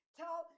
tell